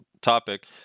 topic